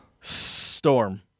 Storm